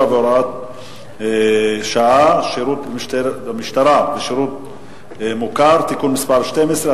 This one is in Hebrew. והוראת שעה) (שירות במשטרה ושירות מוכר) (תיקון מס' 12),